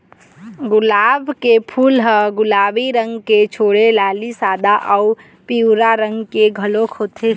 गुलाब के फूल ह गुलाबी रंग के छोड़े लाली, सादा अउ पिंवरा रंग के घलोक होथे